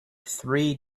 three